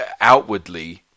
outwardly